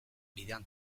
bidean